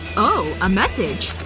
oh. a message